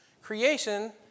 creation